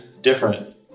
different